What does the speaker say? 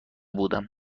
بودم